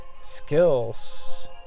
skills